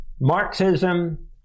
Marxism